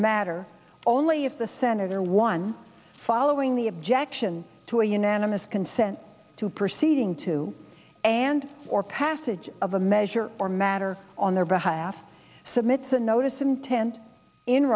matter only if the senator one following the objection to a unanimous consent to proceed ing to and or passage of a measure or matter on their behalf submits a notice of intent in